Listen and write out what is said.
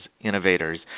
innovators